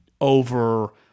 over